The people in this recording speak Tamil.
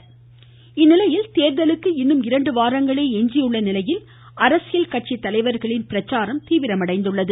தமிழ்நாடு தேர்தல் பிரச்சாரம் இந்நிலையில் தேர்தலுக்கு இன்னும் இரண்டு வாரங்களே எஞ்சியுள்ள நிலையில் அரசியல் கட்சி தலைவர்களின் பிரச்சாரம் தீவிரமடைந்துள்ளது